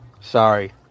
Sorry